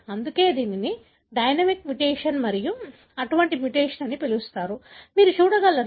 అందుకే దీనిని dynamic mutation మరియు అటువంటి మ్యుటేషన్ అని పిలుస్తారు మీరు చూడగలరు